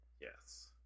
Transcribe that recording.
yes